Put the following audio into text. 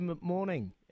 morning